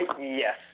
yes